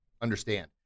understand